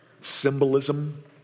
symbolism